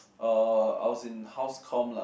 uh I was in house comm lah